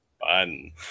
fun